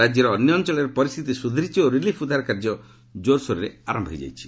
ରାଜ୍ୟର ଅନ୍ୟ ଅଞ୍ଚଳରେ ପରିସ୍ଥିତି ସୁଧୁରିଛି ଓ ରିଲିଫ୍ ଉଦ୍ଧାର କାର୍ଯ୍ୟ ଜୋରସୋରରେ ଆରମ୍ଭ ହୋଇଯାଇଛି